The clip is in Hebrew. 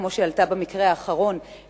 כמו שעלתה במקרה האחרון,